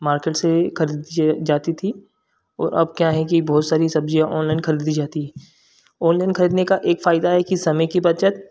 market से खरीद ज्य जाती थी और अब क्या है कि बहुत सारी सब्ज़ियाँ ऑनलाइन खरीदी जाती हैं ऑनलाइन खरीदने का एक फायदा है कि समय की बचत